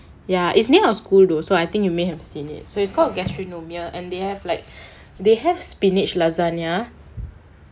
ya is near our school though so I think you may have seen it so it's called gastronomia and they have like they have spinach lasagna